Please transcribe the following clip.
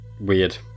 weird